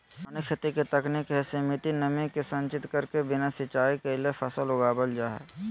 वारानी खेती तकनीक हई, सीमित नमी के संचित करके बिना सिंचाई कैले फसल उगावल जा हई